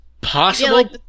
possible